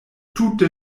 tute